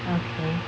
okay